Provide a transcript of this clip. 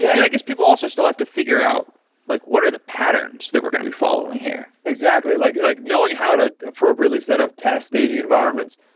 yeah and i guess people also still have to figure out like what are the patterns that we're going to be following here. exactly. like like knowing how to appropriately set up test staging environments,